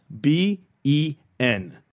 B-E-N